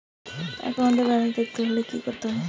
একাউন্টের ব্যালান্স দেখতে হলে কি করতে হবে?